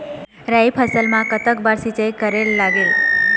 राई फसल मा कतक बार सिचाई करेक लागेल?